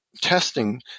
testing